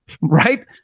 right